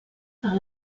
par